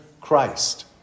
Christ